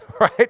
right